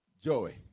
Joey